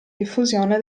diffusione